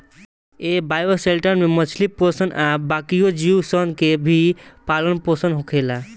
ए bioshelter में मछली पोसल आ बाकिओ जीव सन के भी पालन पोसन होखेला